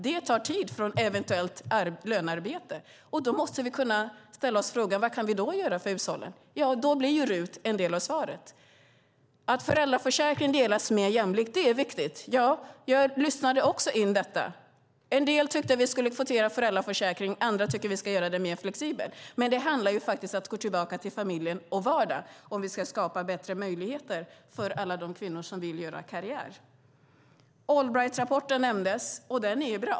Det tar tid från eventuellt lönearbete. Då måste vi kunna ställa oss frågan: Vad kan vi göra för hushållen? Då blir RUT en del av svaret. Att föräldraförsäkringen delas mer jämlikt är viktigt. Jag lyssnade också in detta. En del tyckte att vi skulle kvotera föräldraförsäkringen, andra tyckte att vi skulle göra den mer flexibel. Men det handlar faktiskt om att gå tillbaka till familjen och vardagen om vi ska skapa bättre möjligheter för alla de kvinnor som vill göra karriär. Allbrightrapporten nämndes. Den är bra.